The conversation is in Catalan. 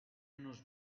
nos